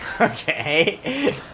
Okay